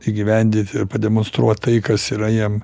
įgyvendyt ir pademonstruot tai kas yra jiem